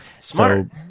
Smart